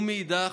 ומנגד,